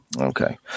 Okay